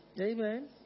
Amen